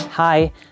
Hi